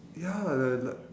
ya li~ like